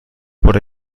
por